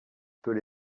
peut